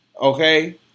Okay